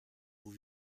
vous